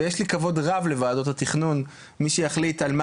ויש לי כבוד רב לוועדות התכנון - מי שיחליט על מה